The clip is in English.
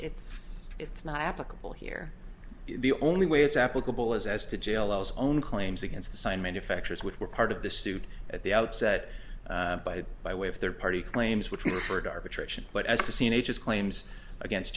it's it's not applicable here the only way it's applicable is as to jail those own claims against the sign manufacturers which were part of the suit at the outset by by way of their party claims which we referred to arbitration but as the scene ages claims against